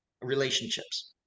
relationships